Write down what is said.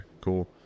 cool